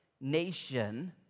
nation